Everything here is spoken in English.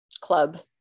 club